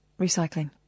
Recycling